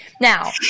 Now